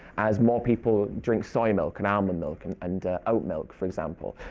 as more people drink soy milk and almond milk and and oat milk, for example.